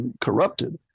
corrupted